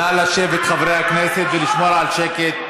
נא לשבת, חברי הכנסת, ולשמור על שקט.